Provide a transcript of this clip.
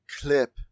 clip